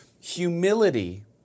humility